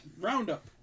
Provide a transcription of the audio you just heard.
roundup